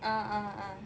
ah ah ah